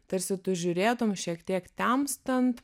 tarsi tu žiūrėtum šiek tiek temstant